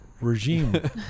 regime